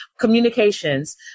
Communications